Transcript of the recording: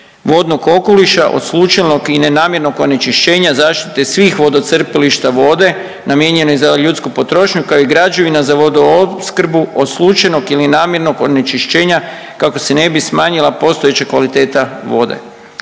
vodnog okoliša od slučajnog i ne namjernog onečišćenja zaštite svih vodocrpilišta vode namijenjene za ljudsku potrošnju, kao i građevina za vodoopskrbu od slučajnog ili namjernog onečišćenja kako se ne bi smanjila postojeća kvaliteta vode.